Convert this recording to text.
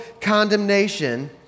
condemnation